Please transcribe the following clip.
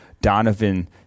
Donovan